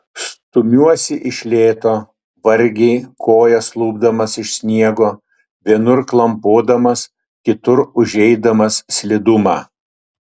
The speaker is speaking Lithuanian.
stumiuosi iš lėto vargiai kojas lupdamas iš sniego vienur klampodamas kitur užeidamas slidumą